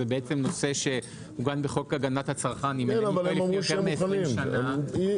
זה נושא שמעוגן בחוק הגנת הצרכן --- יותר מעשרים שנה,